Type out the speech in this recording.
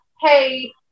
hey